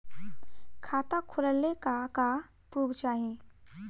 खाता खोलले का का प्रूफ चाही?